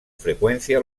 frecuencia